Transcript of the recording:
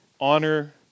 honor